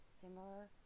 similar